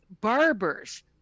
barbers